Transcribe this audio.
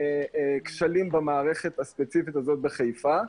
כשלים במערכת הספציפית הזאת בחיפה.